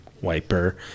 wiper